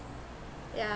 yeah